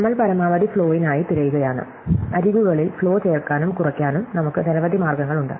നമ്മൾ പരമാവധി ഫ്ലോയിനായി തിരയുകയാണ് അരികുകളിൽ ഫ്ലോ ചേർക്കാനും കുറയ്ക്കാനും നമുക്ക് നിരവധി മാർഗങ്ങളുണ്ട്